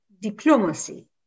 diplomacy